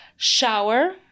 Shower